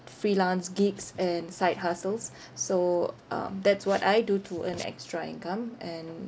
freelance gigs and side hustles so um that's what I do to earn extra income and